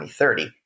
2030